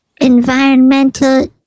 Environmental